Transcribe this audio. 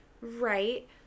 right